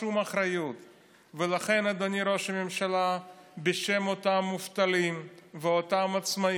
רק אני עמדתי פה בחודשים האחרונים ונאבקתי